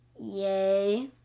Yay